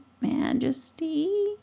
majesty